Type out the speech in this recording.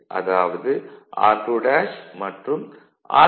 அதாவது r2' மற்றும் r2' 1s 1 ஆகும்